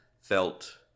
felt